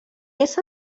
més